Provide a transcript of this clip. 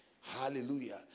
Hallelujah